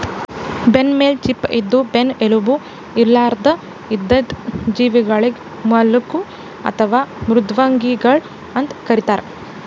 ಬೆನ್ನಮೇಲ್ ಚಿಪ್ಪ ಇದ್ದು ಬೆನ್ನ್ ಎಲುಬು ಇರ್ಲಾರ್ದ್ ಇದ್ದಿದ್ ಜೀವಿಗಳಿಗ್ ಮಲುಸ್ಕ್ ಅಥವಾ ಮೃದ್ವಂಗಿಗಳ್ ಅಂತ್ ಕರಿತಾರ್